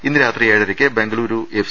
ഇന്ന് രാത്രി ഏഴരയ്ക്ക് ബംഗുളൂരു എഫ്